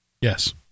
yes